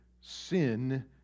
sin